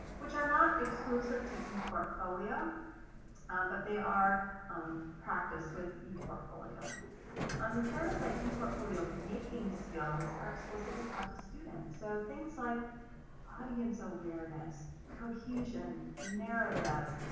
which are not exclusive to eportfolio, but they are practice with eportfolio. and the third is like eportfolio making skills are explicitly taught to students. so things like audience awareness, cohesion, narrative,